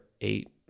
eight